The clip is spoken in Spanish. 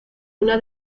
una